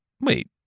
Wait